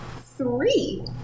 three